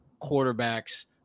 quarterbacks